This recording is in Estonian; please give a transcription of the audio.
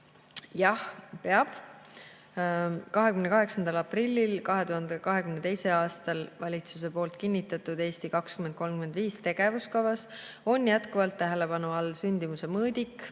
Jah, peab. 28. aprillil 2022. aastal valitsuse kinnitatud "Eesti 2035" tegevuskavas on jätkuvalt tähelepanu all sündimuse mõõdik